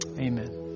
Amen